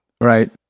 Right